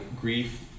grief